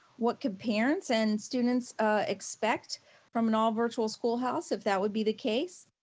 what can parents and students expect from an all virtual schoolhouse? if that would be the case,